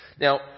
Now